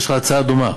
יש לך הצעה דומה.